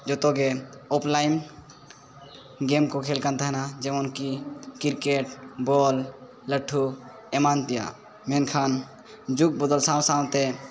ᱡᱚᱛᱚᱜᱮ online game ᱠᱚ ᱠᱷᱮᱞ ᱠᱟᱱ ᱛᱟᱦᱮᱱᱟ ᱡᱮᱢᱚᱱᱠᱤ ᱠᱤᱨᱠᱮᱴ ᱵᱚᱞ ᱞᱟᱹᱴᱷᱩ ᱮᱢᱟᱱ ᱛᱮᱭᱟᱜ ᱢᱮᱱᱠᱷᱟᱱ ᱡᱩᱜᱽᱵᱚᱫᱚᱞ ᱥᱟᱶ ᱥᱟᱶᱛᱮ